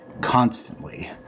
constantly